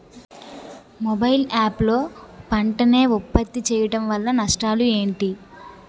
Mobile app లో పంట నే ఉప్పత్తి చేయడం వల్ల నష్టాలు ఏంటి?